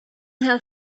have